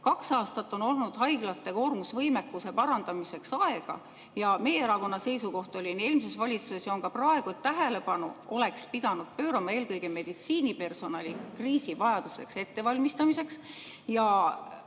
Kaks aastat on olnud haiglate koormusvõimekuse parandamiseks aega. Meie erakonna seisukoht oli eelmises valitsuses ja on ka praegu, et tähelepanu oleks pidanud pöörama eelkõige meditsiinipersonali kriisiks ettevalmistamisele.